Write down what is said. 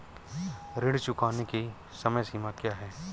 ऋण चुकाने की समय सीमा क्या है?